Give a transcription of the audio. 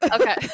Okay